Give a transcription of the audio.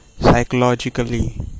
psychologically